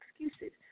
excuses